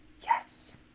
yes